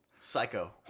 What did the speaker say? Psycho